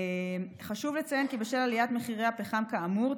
חשוב לציין כי בשל עליית מחירי הפחם כאמור,